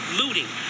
looting